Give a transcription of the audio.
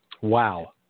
Wow